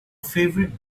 favorite